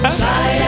try